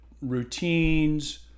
routines